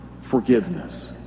forgiveness